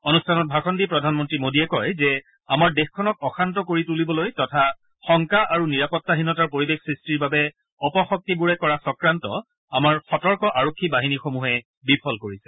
অনুষ্ঠানত ভাষণ দি প্ৰধানমন্ত্ৰী মোডীয়ে কয় যে আমাৰ দেশখনক অশান্ত কৰি তূলিবলৈ বিচৰা তথা শংকা আৰু নিৰাপত্তাহীনতাৰ পৰিবেশ সৃষ্টিৰ বাবে অপশক্তিবোৰে কৰা চক্ৰান্ত আমাৰ সতৰ্ক আৰক্ষী বাহিনীসমূহে বিফল কৰিছে